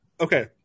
Okay